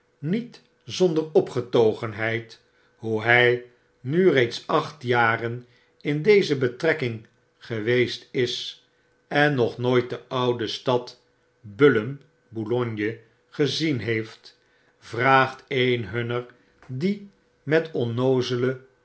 hoe hy nu reeds acht jaren in deze betrekking geweest is en nog nooit de oude stad bullum boulogne gezien heeft vraagt een hunner die met onnoozele